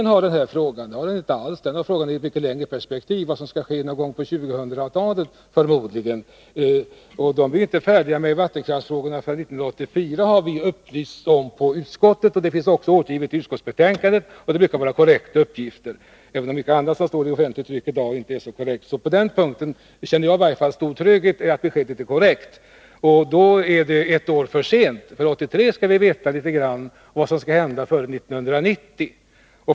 Det har den inte alls. Energikommittén skall behandla problemen i ett mycket längre perspektiv. Det gäller vad som skall ske förmodligen någon gång på 2000-talet. Man blir inte färdig med vattenkraftsfrågorna förrän 1984, har vi i utskottet upplysts om. Det finns också angivet i utskottets betänkande. Jag vågar nog påstå att uppgifterna där brukar vara korrekta, även om mycket annat i offentligt tryck i dag inte är särskilt korrekt. På den punken känner således i varje fall jag stor trygghet. Jag tror att beskedet är korrekt. Då är det ett år för sent, för 1983 skall vi veta litet grand om vad som skall hända före 1990.